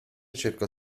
cercò